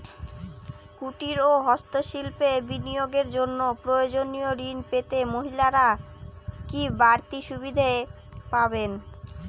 কুটীর ও হস্ত শিল্পে বিনিয়োগের জন্য প্রয়োজনীয় ঋণ পেতে মহিলারা কি বাড়তি সুবিধে পাবেন?